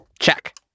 Check